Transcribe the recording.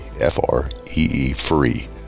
F-R-E-E-Free